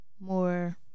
more